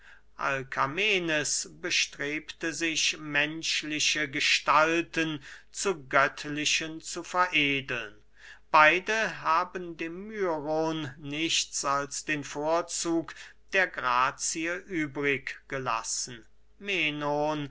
alkamenes bestrebte sich menschliche gestalten zu göttlichen zu veredeln beide haben dem myron nichts als den vorzug der grazie übrig gelassen menon